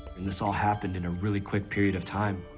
and this all happened in a really quick period of time.